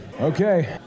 Okay